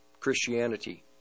Christianity